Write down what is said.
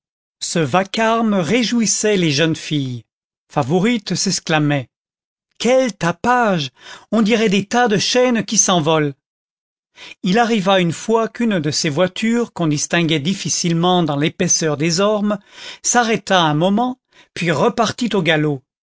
ce vacarme réjouissait les jeunes filles favourite s'exclamait quel tapage on dirait des tas de chaînes qui s'envolent il arriva une fois qu'une de ces voitures qu'on distinguait difficilement dans l'épaisseur des ormes s'arrêta un moment puis repartit au galop